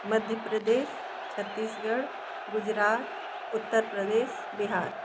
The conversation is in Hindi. मध्य प्रदेश छत्तीसगढ़ गुजरात उत्तर प्रदेश बिहार